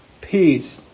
peace